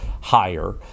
higher